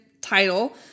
title